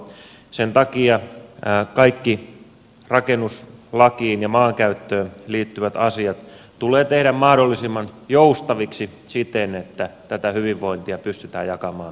sen takia kaikki rakennuslakiin ja maankäyttöön liittyvät asiat tulee tehdä mahdollisimman joustaviksi siten että tätä hyvinvointia pystytään jakamaan kaikkialle suomeen